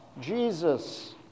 Jesus